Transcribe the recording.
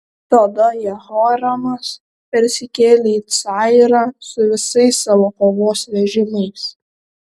tada jehoramas persikėlė į cayrą su visais savo kovos vežimais